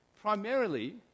Primarily